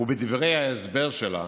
ובדברי ההסבר שלה,